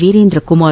Veerendra Kumar